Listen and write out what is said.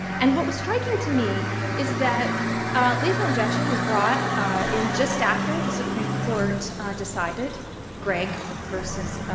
and what was striking to me is that lethal injection was brought in just after the supreme court decided gregg v.